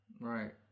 Right